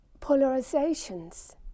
polarizations